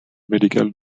medical